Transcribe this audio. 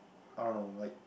I don't know like